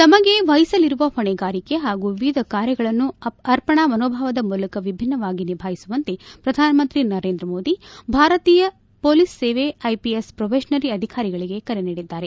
ತಮಗೆ ವಹಿಸಲಿರುವ ಹೊಣೆಗಾರಿಕೆ ಹಾಗೂ ವಿವಿಧ ಕಾರ್ಯಗಳನ್ನು ಅರ್ಪಣಾ ಮನೋಭಾವದ ಮೂಲಕ ವಿಭಿನ್ನವಾಗಿ ನಿಭಾಯಿಸುವಂತೆ ಪ್ರಧಾನಮಂತ್ರಿ ನರೇಂದ್ರ ಮೋದಿ ಭಾರತೀಯ ಪೊಲೀಸ್ ಸೇವೆ ಐಪಿಎಸ್ ಪೊಬೆಷನರಿ ಅಧಿಕಾರಿಗಳಿಗೆ ಕರೆ ನೀಡಿದ್ದಾರೆ